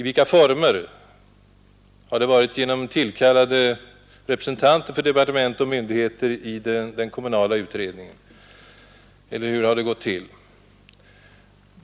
Har det varit genom tillkallade representanter för departement och myndigheter i den kommunala utredningen, eller hur har det gått till?